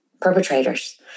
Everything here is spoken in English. perpetrators